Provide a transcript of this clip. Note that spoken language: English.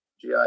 GI